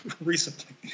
recently